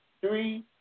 three